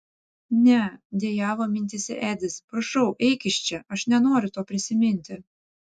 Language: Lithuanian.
ne dejavo mintyse edis prašau eik iš čia aš nenoriu to prisiminti